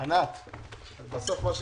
הישיבה ננעלה בשעה 12:00.